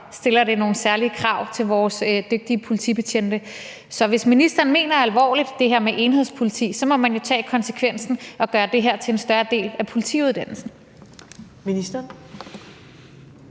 stiller det nogle særlige krav til vores dygtige politibetjente. Så hvis ministeren mener det her med enhedspoliti alvorligt, så må man jo tage konsekvensen og gøre det til en større del af politiuddannelsen.